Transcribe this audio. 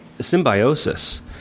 symbiosis